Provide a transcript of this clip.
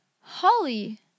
Holly